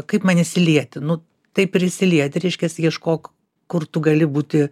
kaip man įsilieti nu tai prisilieti reiškias ieškok kur tu gali būti